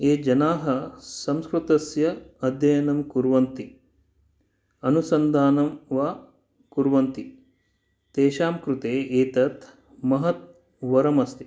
ये जनाः संस्कृतस्य अध्ययनं कुर्वन्ति अनुसन्धानं वा कुर्वन्ति तेषां कृते एतत् महत् वरम् अस्ति